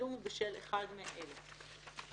אני ממש לא התכוונתי שיבינו אותי בצורה כזו.